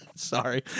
Sorry